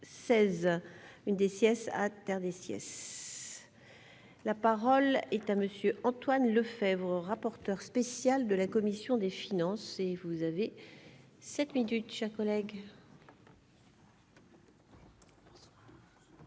une des sièges à terre des sièges. La parole est à monsieur Antoine Lefèvre, rapporteur spécial de la commission des finances, et vous avez 7 minutes chers collègues.